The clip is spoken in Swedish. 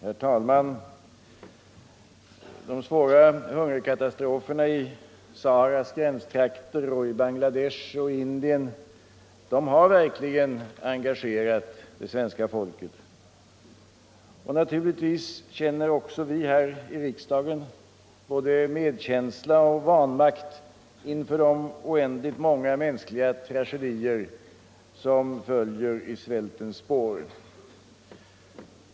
Herr talman! De svåra hungerkatastroferna i Saharas gränstrakter, i Bangladesh och i Indien har verkligen engagerat det svenska folket, och naturligtvis känner också vi här i riksdagen både medlidande och vanmakt inför de oändligt många mänskliga tragedier som följer i svältens spår.